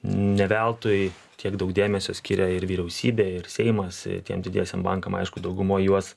ne veltui tiek daug dėmesio skiria ir vyriausybė ir seimas tiem didiesiem bankam aišku dauguma juos